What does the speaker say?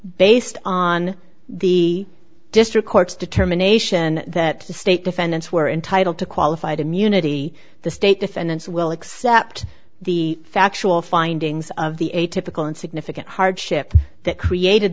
based on the district court's determination that the state defendants were entitled to qualified immunity the state defendants will accept the factual findings of the atypical and significant hardship that created